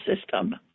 system